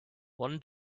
one